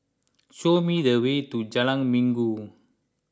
show me the way to Jalan Minggu